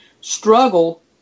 struggle